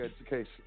education